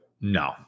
No